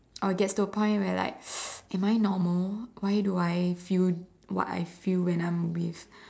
or gets to a point where like am I normal why do I feel what I feel when I'm with